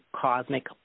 cosmic